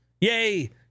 Yay